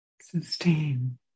Sustain